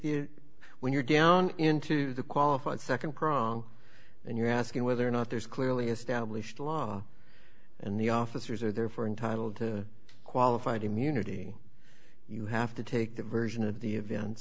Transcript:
it when you're down into the qualifying nd prong and you're asking whether or not there is clearly established law and the officers are there for entitled to qualified immunity you have to take the version of the events